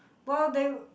well they